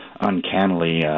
uncannily